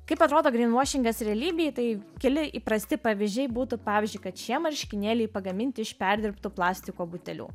kaip atrodo gryn vašingas realybėj tai keli įprasti pavyzdžiai būtų pavyzdžiui kad šie marškinėliai pagaminti iš perdirbtų plastiko butelių